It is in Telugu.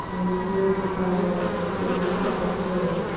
మంచి నీటి పారుదలకి ఎన్ని పద్దతులు ఉన్నాయి?